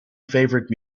favorite